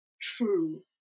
true